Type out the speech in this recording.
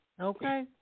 Okay